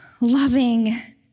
loving